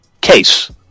Case